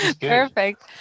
Perfect